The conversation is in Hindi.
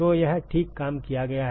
तो यह ठीक काम किया गया है